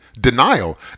denial